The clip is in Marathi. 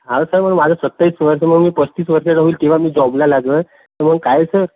हा सर मग माझं सत्तावीस वर्ष मग मी पस्तीस वर्षाचा होईल तेव्हा मी जॉबला लागेल तर मग काय सर